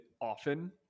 often